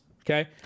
okay